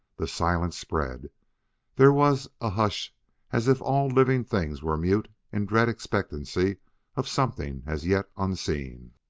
the silence spread there was a hush as if all living things were mute in dread expectancy of something as yet unseen.